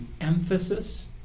emphasis